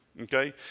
Okay